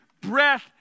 breath